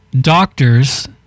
Doctors